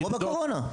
כמו בקורונה.